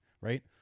right